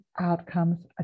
outcomes